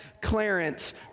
Clarence